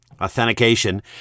Authentication